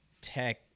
Tech